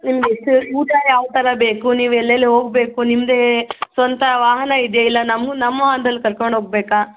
ನಿಮಗೆ ಎಷ್ಟ್ ಊಟ ಯಾವ ಥರ ಬೇಕು ನೀವು ಎಲ್ಲೆಲ್ಲಿ ಹೋಗಬೇಕು ನಿಮ್ಮದೇ ಸ್ವಂತ ವಾಹನ ಇದೆಯಾ ಇಲ್ಲ ನಮ್ಮ ನಮ್ಮ ವಾಹನದಲ್ಲಿ ಕರ್ಕೊಂಡು ಹೋಗಬೇಕಾ